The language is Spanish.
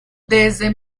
desde